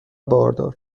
باردار